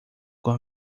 cor